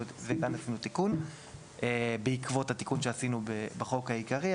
תיקון בעקבות התיקון שעשינו בחוק העיקרי.